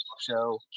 show